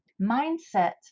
Mindset